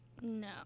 no